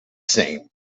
same